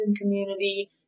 community